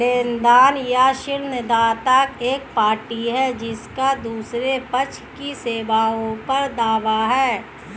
लेनदार या ऋणदाता एक पार्टी है जिसका दूसरे पक्ष की सेवाओं पर दावा है